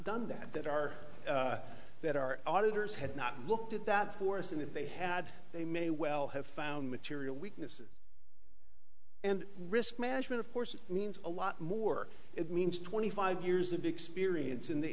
done that that our that our auditors had not looked at that for us and that they had they may well have found material weaknesses and risk management of course means a lot more it means twenty five years of experience in the